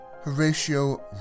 Horatio